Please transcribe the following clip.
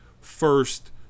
first